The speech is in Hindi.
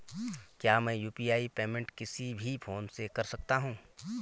क्या मैं यु.पी.आई पेमेंट किसी भी फोन से कर सकता हूँ?